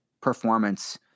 performance